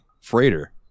freighter